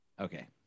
okay